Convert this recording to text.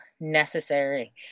necessary